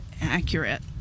accurate